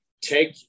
take